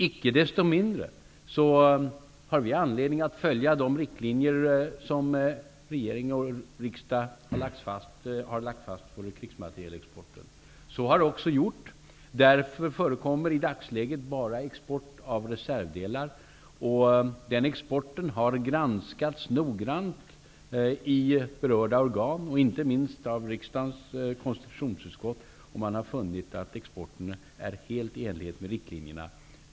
Icke desto mindre har vi anledning att följa de riktlinjer som regering och riksdag har lagt fast för krigsmaterielexporten. Så har också gjorts. Därför förekommer i dagsläget bara export av reservdelar. Den exporten har granskats noggrant i berörda organ, inte minst av riksdagens konstitutionsutskott, och man har funnit att exporten är helt i enlighet med riktlinjerna.